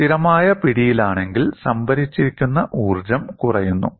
സ്ഥിരമായ പിടിയിലാണെങ്കിൽ സംഭരിച്ചിരിക്കുന്ന ഊർജ്ജം കുറയുന്നു